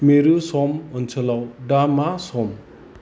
मिरु सम ओनसोलाव दा मा सम